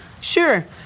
Sure